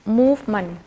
movement